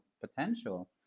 potential